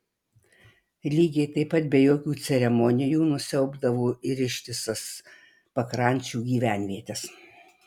lygiai taip pat be jokių ceremonijų nusiaubdavo ir ištisas pakrančių gyvenvietes